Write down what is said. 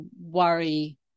worry